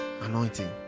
anointing